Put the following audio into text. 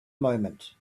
moment